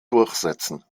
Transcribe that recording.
durchsetzen